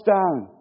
down